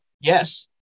Yes